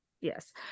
Yes